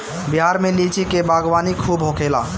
बिहार में लीची के बागवानी खूब होखेला